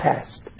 past